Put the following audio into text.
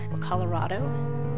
Colorado